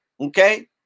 Okay